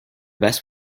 best